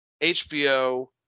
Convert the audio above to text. HBO